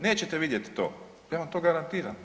Nećete vidjeti to ja vam to garantiram.